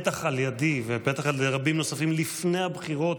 בטח על ידי ובטח על ידי רבים נוספים לפני הבחירות,